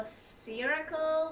spherical